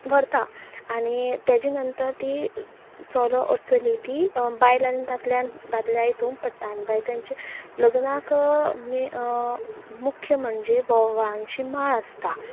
व्हरता आनी ताजे नंतर ती चलो आनी चली ती बायलांनी दादल्यान दादल्या इतून पडटा आनी मागीर तेंचे लग्नाक मुख्य म्हणजे वोवळांची माळ आसता